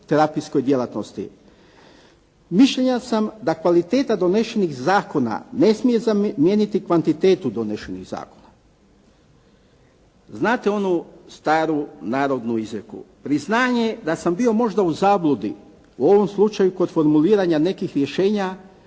fizioterapijskoj djelatnosti. Mišljenja sam da kvaliteta donešenih zakona ne smije zamijeniti kvantitetu donešenih zakona. Znate onu staru narodnu izreku. Priznanje da sam bio možda u zabludi u ovom slučaju kod formuliranja nekih rješenja,